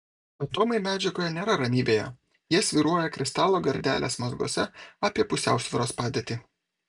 atomai medžiagoje nėra ramybėje jie svyruoja kristalo gardelės mazguose apie pusiausvyros padėtį